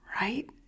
right